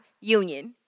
Union